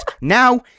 Now